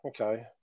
okay